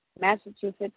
Massachusetts